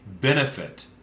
benefit